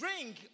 drink